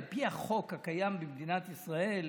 על פי החוק הקיים במדינת ישראל,